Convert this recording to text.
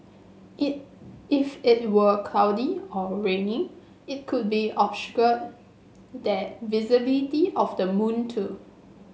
it if it were cloudy or raining it could be obscured the visibility of the moon too